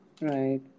right